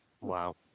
Wow